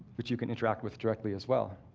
which you can interact with directly as well,